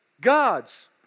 God's